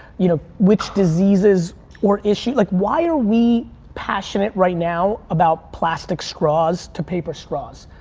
you know, which diseases or issues. like why are we passionate right now about plastic straws to paper straws?